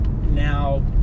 Now